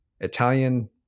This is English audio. italian